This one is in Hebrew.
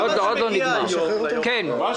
אני מכיר את משרד האוצר בדיוק כמוך,